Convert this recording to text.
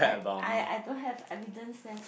I I don't have evidence leh